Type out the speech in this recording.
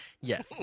Yes